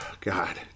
God